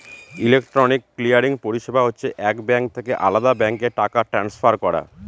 electronic clearing পরিষেবা হচ্ছে এক ব্যাঙ্ক থেকে আলদা ব্যাঙ্কে টাকা ট্রান্সফার করা